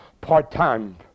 part-time